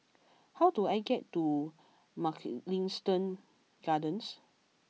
how do I get to Mugliston Gardens